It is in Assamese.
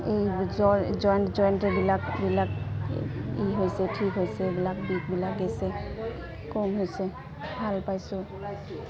এই জইণ্ট জইণ্টবিলাকবিলাক ই হৈছে ঠিক হৈছে এইবিলাক বিষবিলাক গেইছে কম হৈছে ভাল পাইছোঁ